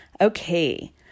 okay